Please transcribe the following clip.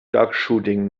duckshooting